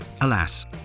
alas